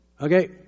Okay